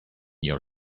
your